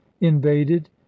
invaded